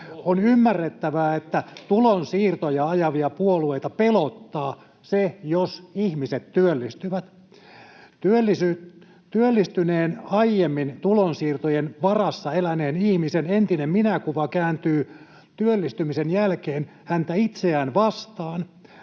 On ymmärrettävää, että tulonsiirtoja ajavia puolueita pelottaa, jos ihmiset työllistyvät. Työllistyneen, aiemmin tulonsiirtojen varassa eläneen ihmisen entinen minäkuva kääntyy työllistymisen jälkeen häntä itseään vastaan.